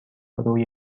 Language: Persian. روی